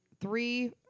three